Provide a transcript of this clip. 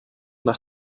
nach